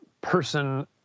person